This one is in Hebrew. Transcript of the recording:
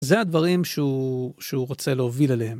זה הדברים שהוא רוצה להוביל עליהם.